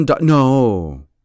No